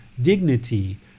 dignity